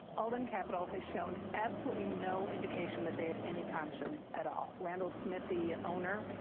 alden capital has shown absolutely no indication that they have any conscience at all. randall smith, the owner,